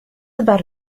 about